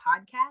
podcast